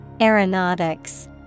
Aeronautics